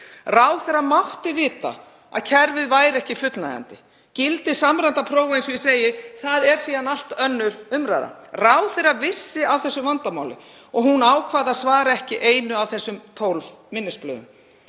Ráðherra mátti vita að kerfið væri ekki fullnægjandi. Gildi samræmdra prófa er, eins og ég segi, síðan allt önnur umræða. Ráðherra vissi af þessu vandamáli og hún ákvað að svara ekki einu af þessum 12 minnisblöðum,